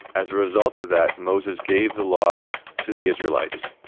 as a result of that moses gave the law to the israelites,